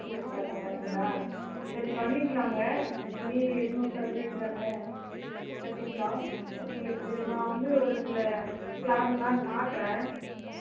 கிழக்கு பார்த்த மாதிரிங்களா சரி பண்ணிக்கலாங்க மீதி எட்டுநூறு சதுரடி தானே கட்டிக்கலாம் உங்களுக்கு நான் வந்து ஒரு சில பிளானெலாம் காட்டுகிறேன்